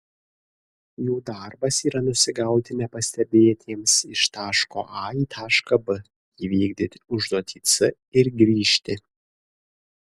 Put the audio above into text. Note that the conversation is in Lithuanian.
jų darbas yra nusigauti nepastebėtiems iš taško a į tašką b įvykdyti užduotį c ir grįžti